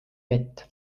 vett